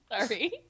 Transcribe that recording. Sorry